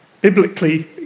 Biblically